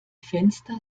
fenster